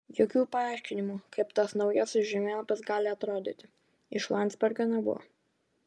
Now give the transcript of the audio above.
jokių paaiškinimų kaip tas naujasis žemėlapis gali atrodyti iš landsbergio nebuvo